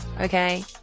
Okay